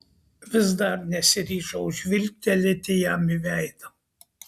vis dar nesiryžau žvilgtelėti jam į veidą